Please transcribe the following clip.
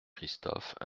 christophe